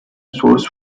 source